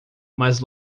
mas